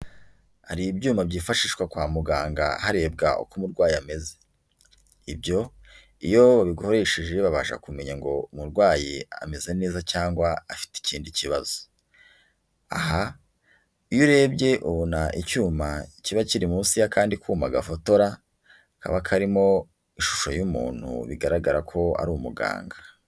Hari ibyuma byifashishwa kwa muganga harebwa uko umurwayi ameze, ibyo iyo babikoresheje babasha kumenya ngo umurwayi ameze neza cyangwa afite ikindi kibazo, aha iyo urebye ubona icyuma kiba kiri munsi y'akandi kuma gafotora kaba karimo ishusho y'umuntu bigaragara ko ari umuganga.